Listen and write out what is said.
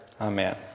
Amen